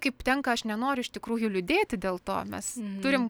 kaip tenka aš nenoriu iš tikrųjų liūdėti dėl to mes turim